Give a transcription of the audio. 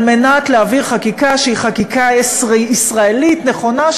על מנת להביא חקיקה שהיא חקיקה ישראלית נכונה,